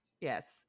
Yes